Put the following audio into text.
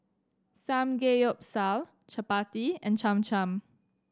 Samgeyopsal Chapati and Cham Cham